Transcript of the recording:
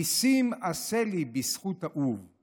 // ניסים עשה לי בזכות אהוב /